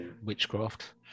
witchcraft